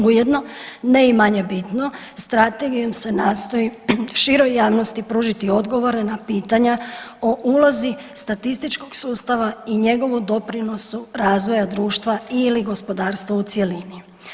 Ujedno ne i manje bitno strategijom se nastoji širom javnosti pružiti odgovore na pitanja o ulozi statističkog sustava i njegovu doprinosu razvoja društva ili gospodarstva u cjelini.